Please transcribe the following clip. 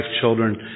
children